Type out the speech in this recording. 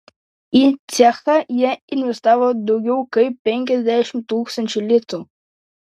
į cechą jie investavo daugiau kaip penkiasdešimt tūkstančių litų